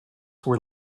were